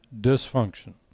dysfunction